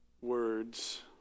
words